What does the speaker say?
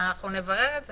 אנחנו נברר את זה.